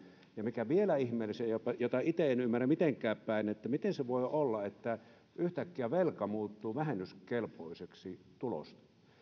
ja mikä vielä ihmeellisempää mitä itse en ymmärrä mitenkäänpäin miten voi olla että yhtäkkiä velka muuttuu vähennyskelpoiseksi tuloksi